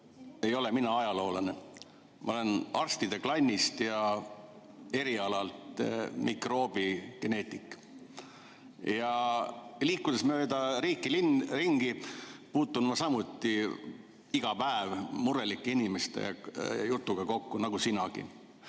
ei ole mina ajaloolane, ma olen arstide klannist ja erialalt mikroobigeneetik. Liikudes mööda riiki ringi, puutun ma samuti iga päev kokku murelike inimeste jutuga, nagu sinagi.